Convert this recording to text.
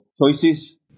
choices